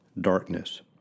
darkness